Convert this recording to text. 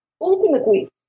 Ultimately